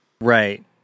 Right